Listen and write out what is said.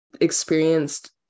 experienced